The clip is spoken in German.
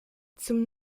zum